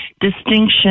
distinction